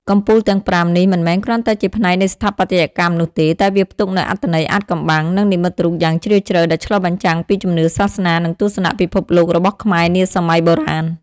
កំពូលទាំងប្រាំនេះមិនមែនគ្រាន់តែជាផ្នែកនៃស្ថាបត្យកម្មនោះទេ តែវាផ្ទុកនូវអត្ថន័យអាថ៌កំបាំង និងនិមិត្តរូបយ៉ាងជ្រាលជ្រៅ ដែលឆ្លុះបញ្ចាំងពីជំនឿសាសនា និងទស្សនៈពិភពលោករបស់ខ្មែរនាសម័យបុរាណ។